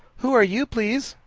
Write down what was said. who are you, please?